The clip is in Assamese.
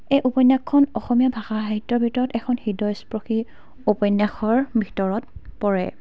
এই উপন্যাসখন অসমীয়া ভাষা সাহিত্যৰ ভিতৰত এখন হৃদয়স্পৰ্শী উপন্যাসৰ ভিতৰত পৰে